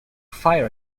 fire